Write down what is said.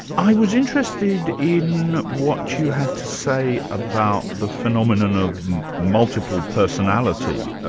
i was interested in what you had to say about the phenomenon of multiple personality, ah